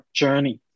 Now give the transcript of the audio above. journey